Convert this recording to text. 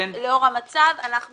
לאור המצב אנחנו